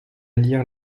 lire